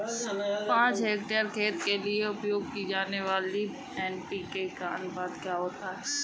पाँच हेक्टेयर खेत के लिए उपयोग की जाने वाली एन.पी.के का अनुपात क्या होता है?